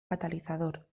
catalizador